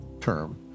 term